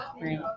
Right